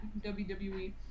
WWE